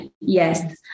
yes